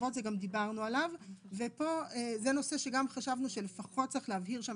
בעקבות זה גם דיברנו עליו וזה נושא שגם חשבנו שלפחות צריך להבהיר שם